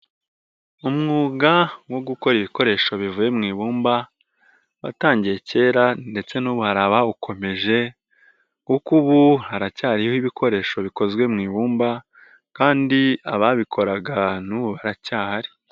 Umwuga wo gukora ibikoresho bivuye mu ibumba, watangiye kera ndetse n'ubu hari abawukomeje kuko ubu haracyariho ibikoresho bikozwe mu ibumba kandi ababikoraga n'ubu baracyahari.